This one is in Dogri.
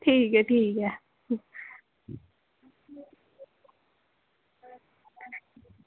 ठीक ऐ ठीक ऐ